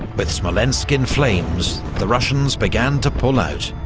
with smolensk in flames, the russians began to pull out,